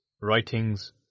writings